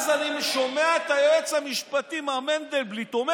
אז אני שומע את היועץ המשפטי מר מנדלבליט אומר